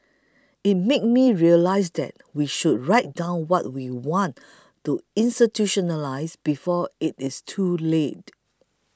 it made me realise that we should write down what we want to institutionalise before it's too late